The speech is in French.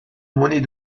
monnaie